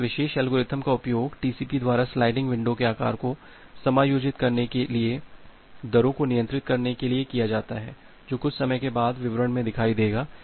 तो इस विशेष एल्गोरिथ्म का उपयोग टीसीपी द्वारा स्लाइडिंग विंडो के आकार को समायोजित करने के लिए दरों को नियंत्रित करने के लिए किया जाता है जो कुछ समय बाद विवरण में दिखाई देगा